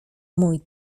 mój